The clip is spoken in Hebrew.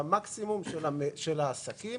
בתעריף המקסימלי של העסקים,